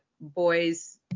boys